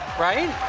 right?